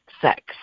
sex